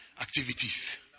activities